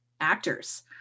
actors